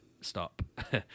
Stop